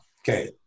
Okay